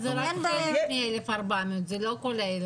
זה רק חלק מה-1400, זה לא כולם.